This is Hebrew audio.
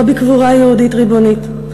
לא בקבורה יהודית ריבונית,